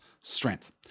strength